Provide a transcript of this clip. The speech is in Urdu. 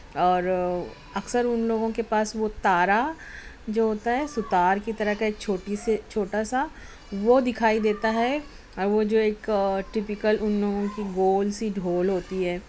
اور اکثر اُن لوگوں کے پاس وہ تارا جو ہوتا ہے ستارے کی طرح کا ایک چھوٹی سی چھوٹا سا وہ دکھائی دیتا ہے وہ جو ایک ٹیپیکل اُن لوگوں کی گول سی ڈھول ہوتی ہے